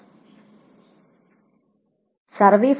ഇത് സാധ്യമാണ്